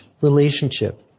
relationship